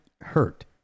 hurt